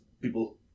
people